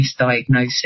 misdiagnosis